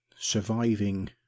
surviving